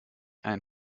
ein